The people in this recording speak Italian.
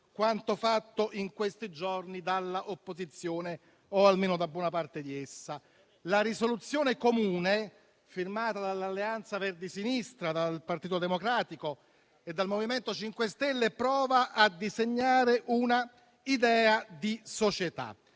quanto fatto in questi giorni dall'opposizione o almeno da buona parte di essa. La risoluzione comune, firmata dall'Alleanza Verdi e Sinistra, dal Partito Democratico e dal MoVimento 5 Stelle, prova a disegnare un'idea di società.